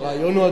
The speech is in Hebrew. הרעיון הוא,